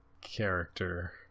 character